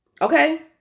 Okay